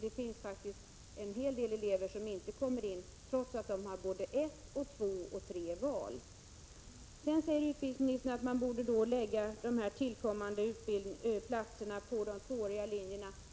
Det är faktiskt en hel del elever som inte kommer in trots att de har både ett, två och tre val. Utbildningsministern säger vidare att man borde lägga de tillkommande platserna på de tvååriga linjerna.